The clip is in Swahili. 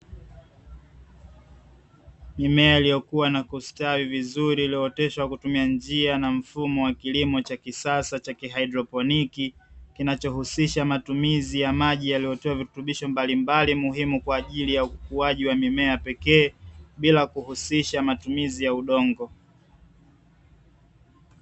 Mimea iliyokua na kusitawi vizuri iliyooteshwa kwa kutumia njia na mfumo wa kilimo cha kisasa cha kihaidroponi, kinachohusisha matumizi ya maji yaliyotiwa virutubisho mbalimbali muhimu kwa ajili ya ukuaji wa mimea pekee, bila kuhusisha matumizi ya udongo.